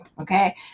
Okay